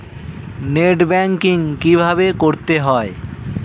Net banking কীভাবে করতে হয়?